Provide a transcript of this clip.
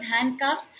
handcuffs